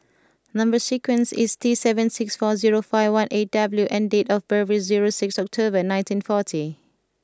number sequence is T seven six four zero five one eight W and date of birth is zero six October nineteen forty